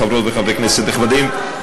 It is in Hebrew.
חברות וחברי כנסת נכבדים,